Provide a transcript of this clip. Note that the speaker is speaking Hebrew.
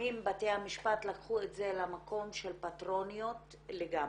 לפעמים בתי המשפט לקחו את זה למקום של פטרונות לגמרי.